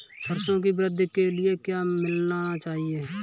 सरसों की वृद्धि के लिए क्या मिलाना चाहिए?